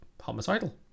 homicidal